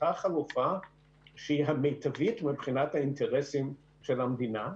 אותה חלופה שהיא המיטבית מבחינת האינטרסים של המדינה,